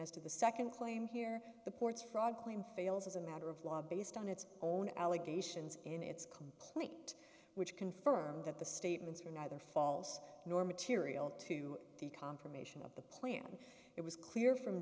to the second claim here the ports fraud claim fails as a matter of law based on its own allegations in its complete which confirmed that the statements were neither false nor material to the confirmation of the plan it was clear from